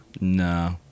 No